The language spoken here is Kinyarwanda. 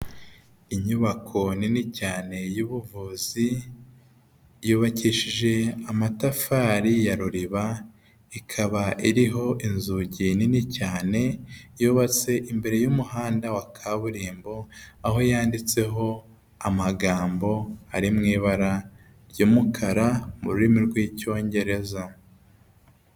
Inyubako nini cyane y'ubuvuzi yubakishije amatafari ya ruriba ikaba iriho inzugi nini cyane yubatse imbere y'umuhanda wa kaburimbo aho yanditseho amagambo ari mu ibara ry'umukara mu rurimi rw'icyongereza.